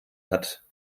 hat